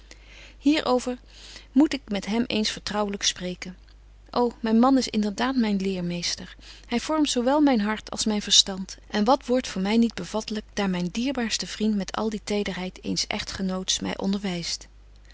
over moet ik met hem eens vertrouwlyk spreken ô myn man is inderdaad myn leermeester hy vormt zo wel myn hart als myn verstand en wat wordt voor my niet bevatlyk daar myn dierbaarste vriend met al de tederheid eens echtgenoots my onderwyst